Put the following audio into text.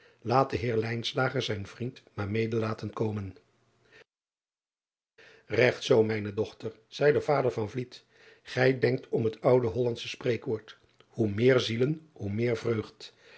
aat de eer zijn vriend maar mede laten komen egt zoo mijne dochter zeide vader gij denkt om het oude ouandsche spreekwoord oe meer zielen hoe meer vreugd